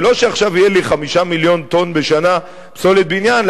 ולא שעכשיו יהיו לי בשנה 5 מיליון טונות פסולת בניין,